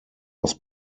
was